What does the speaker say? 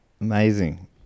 Amazing